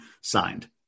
signed